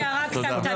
רק הערה קטנטנה